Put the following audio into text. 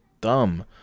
dumb